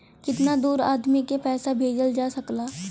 कितना दूर आदमी के पैसा भेजल जा सकला?